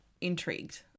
intrigued